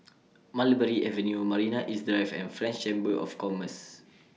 Mulberry Avenue Marina East Drive and French Chamber of Commerce